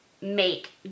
make